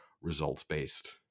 results-based